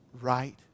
right